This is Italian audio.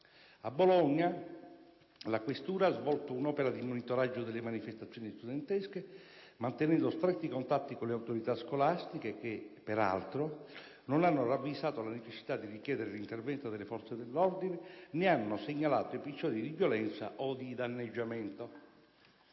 A Bologna la questura ha svolto un'opera di monitoraggio delle manifestazioni studentesche mantenendo stretti contatti con le autorità scolastiche che, peraltro, non hanno ravvisato la necessità di richiedere l'intervento delle forze dell'ordine, né hanno segnalato episodi di violenza o di danneggiamento.